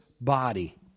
body